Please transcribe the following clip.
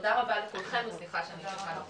תודה רבה לכולכם, וסליחה שאני צריכה לצאת.